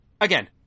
again